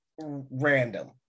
random